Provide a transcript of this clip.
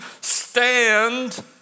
stand